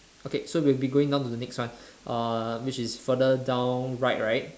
okay so we'll be going down to the next one uh which is further down right right